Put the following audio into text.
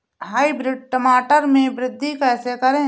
Hybrid टमाटर में वृद्धि कैसे करें?